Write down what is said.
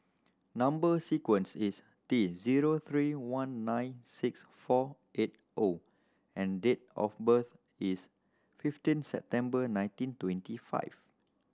number sequence is T zero three one nine six four eight O and date of birth is fifteen September nineteen twenty five